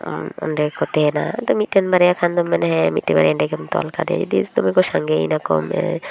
ᱚᱸᱰᱮ ᱠᱚ ᱛᱟᱦᱮᱱᱟ ᱟᱫᱚ ᱢᱤᱫᱴᱮᱱ ᱵᱟᱨᱭᱟ ᱠᱷᱟᱱᱫᱚᱢ ᱢᱮᱱᱟ ᱦᱮᱸ ᱢᱤᱫᱴᱮᱱ ᱵᱟᱨᱭᱟ ᱚᱸᱰᱮ ᱜᱮᱢ ᱛᱚᱞ ᱠᱟᱫᱮᱭᱟ ᱡᱚᱫᱤ ᱫᱚᱢᱮᱠᱚ ᱥᱟᱸᱜᱮᱭᱮᱱᱟᱠᱚ